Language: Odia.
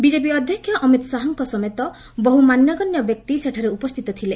ବିଜେପି ଅଧ୍ୟକ୍ଷ ଅମିତ୍ ଶାହାଙ୍କ ସମେତ ବହୁ ମାନ୍ୟଗଣ୍ୟ ବ୍ୟକ୍ତି ସେଠାରେ ଉପସ୍ଥିତ ଥିଲେ